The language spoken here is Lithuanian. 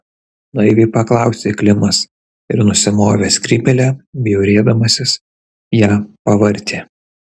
naiviai paklausė klimas ir nusimovęs skrybėlę bjaurėdamasis ją pavartė